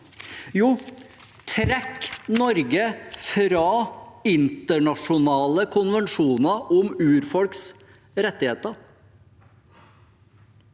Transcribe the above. trekk Norge fra internasjonale konvensjoner om urfolks rettigheter.